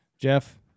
Jeff